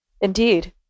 Indeed